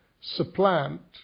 supplant